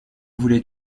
voulais